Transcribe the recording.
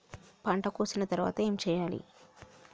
పంట కోసిన తర్వాత ఏం చెయ్యాలి?